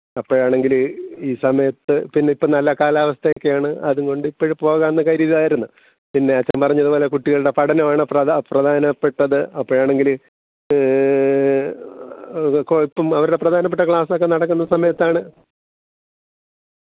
അപ്പോഴാണെങ്കിൽ ഈ സമയത്ത് പിന്നിപ്പം നല്ല കാലാവസ്ഥയെക്കെയാണ് അതുകൊണ്ട് ഇപ്പോൾ പോകാമെന്നു കരുതുകയായിരുന്നു പിന്നെ അച്ഛൻ പറഞ്ഞിതു പോലെ കുട്ടികളുടെ പഠനമാണ് പ്രധ പ്രധാനപ്പെട്ടത് അപ്പോഴാണെങ്കിൽ കുഴപ്പം അവരുടെ പ്രധാനപ്പെട്ട ക്ലാസ്സൊക്കെ നടക്കുന്ന സമയത്താണ്